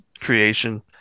creation